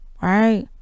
right